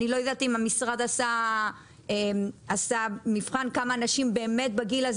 אני לא יודעת אם המשרד עשה מבחן כמה אנשים באמת בגיל הזה